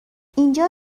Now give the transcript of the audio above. اینجا